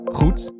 goed